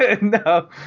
no